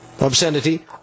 obscenity